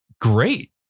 great